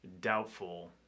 doubtful